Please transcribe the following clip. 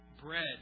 bread